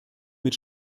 mit